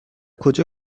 کجا